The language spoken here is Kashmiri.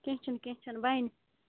کینٛہہ چھِنہٕ کینٛہہ چھِنہٕ بنہِ